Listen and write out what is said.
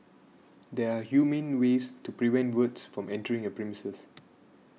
there are humane ways to prevent birds from entering your premises